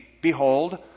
behold